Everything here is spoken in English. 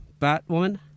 Batwoman